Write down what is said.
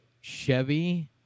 Chevy